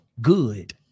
good